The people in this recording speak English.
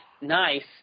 nice